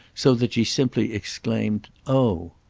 so that she simply exclaimed oh!